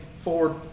Ford